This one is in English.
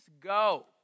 go